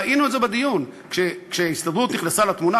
ראינו את זה בדיון כשההסתדרות נכנסה לתמונה